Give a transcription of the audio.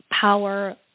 power